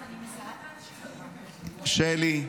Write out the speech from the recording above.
שלי.